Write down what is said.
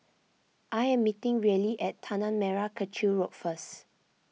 I am meeting Reilly at Tanah Merah Kechil Road first